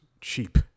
cheap